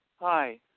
Hi